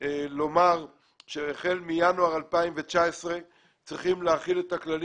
לומר שהחל מינואר 2019 צריכים להחיל את הכללים